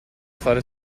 fare